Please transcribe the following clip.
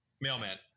Mailman